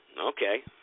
okay